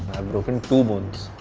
broken two bones.